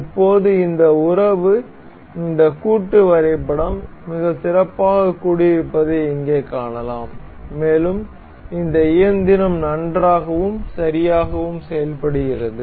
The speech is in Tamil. இப்போது இந்த உறவு இந்த கூட்டு வரைபடம் மிகச் சிறப்பாக கூடியிருப்பதை இங்கே காணலாம் மேலும் இந்த இயந்திரம் நன்றாகவும் சரியாகவும் செயல்படுகிறது